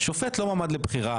שופט לא מועמד לבחירה,